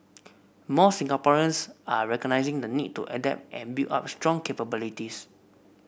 more Singaporeans are recognising the need to adapt and build up strong capabilities